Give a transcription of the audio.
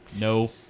No